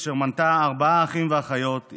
אשר מנתה ארבעה אחים ואחיות,